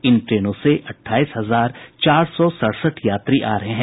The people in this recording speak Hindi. इन ट्रेनों से अठाईस हजार चार सौ सड़सठ यात्री आ रहे हैं